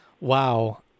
wow